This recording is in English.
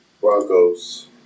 Broncos